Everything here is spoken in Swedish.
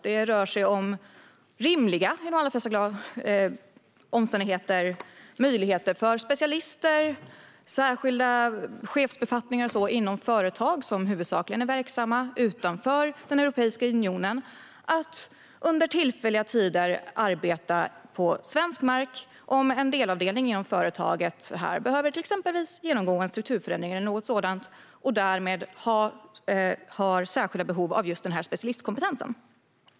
Det rör sig i de allra flesta fall om rimliga möjligheter för specialister, personer med särskilda chefsbefattningar och så vidare inom företag som huvudsakligen är verksamma utanför Europeiska unionen att tillfälligt arbeta på svensk mark om en delavdelning inom företaget till exempel behöver genomgå en strukturförändring eller något sådant och därmed har särskilda behov av just den här specialistkompetensen.